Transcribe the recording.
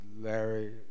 Larry